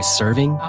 serving